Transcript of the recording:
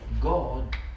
God